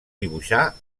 dibuixar